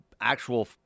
actual